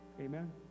Amen